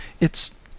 It's